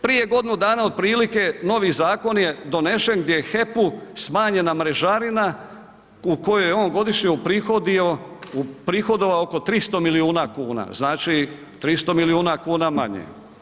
Prije godinu dana otprilike, novi zakon je donesen gdje je HEP-u smanjena mrežarina u kojoj on godišnje uprihodovao oko 300 milijuna kuna, znači 300 milijuna kuna manje.